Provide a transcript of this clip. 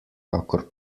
kakor